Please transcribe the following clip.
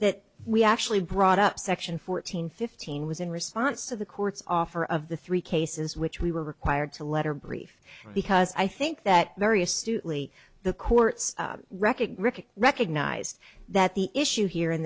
that we actually brought up section fourteen fifteen was in response to the court's offer of the three cases which we were required to letter brief because i think that very astutely the courts recognize recognized that the issue here in